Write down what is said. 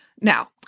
Now